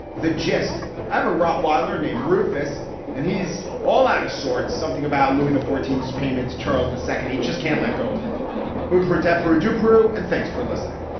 the gist? i have a rottweiler named rufus and he's all out of sorts. something about louis the fourteenth payments. charles the second he just can't let go and whimper. adepero do pro. and thanks for listening